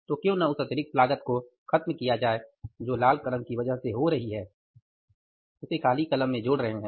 तो क्यों न उस अतिरिक्त लागत को खत्म किया जाए जो लाल कलम की वजह से हो रही है और उसे काली कलम में जोड़ रहे हैं